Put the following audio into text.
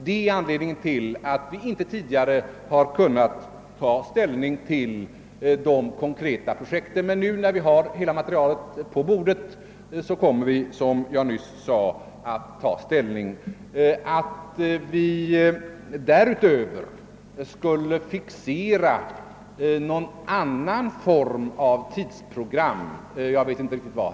Det är anledningen till att vi inte tidigare har kunnat fatta beslut om de konkreta projekten, men :nu när. :vi har: hela :materialet på bordet. kommer vi som jag nyss sade — att ta ställ DIN OR. cv eng ;. Att vi därutöver skulle fixera någon annan form av. tidsprogram ser jag inte något: skäl: för. Jag vet inte riktigt vad.